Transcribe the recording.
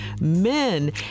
men